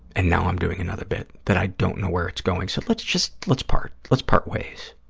and now i'm doing another bit that i don't know where it's going. so, let's just, let's part. let's part ways.